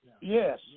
Yes